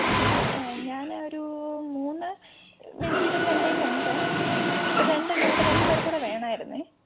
ആ ആ ഞാനൊരു മൂന്ന് മെറ്റീരിയൽ എൻറെ കയ്യിൽ ഉണ്ട് രണ്ടെണ്ണം കൂടെ രണ്ട് പേർക്ക് കൂടെ വേണമായിരുന്നേ